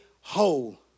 whole